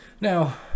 Now